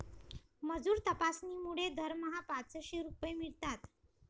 मजूर तपासणीमुळे दरमहा पाचशे रुपये मिळतात